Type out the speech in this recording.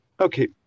Okay